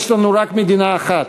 יש לנו רק מדינה אחת,